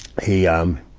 he, um,